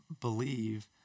believe